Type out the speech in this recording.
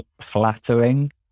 flattering